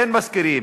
אין משכירים,